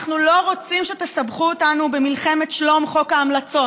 אנחנו לא רוצים שתסבכו אותנו במלחמת שלום חוק ההמלצות.